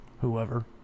whoever